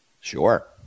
sure